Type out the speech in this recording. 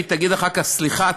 והיא תגיד אחר כך: סליחה,